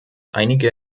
einige